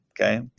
okay